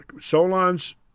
Solon's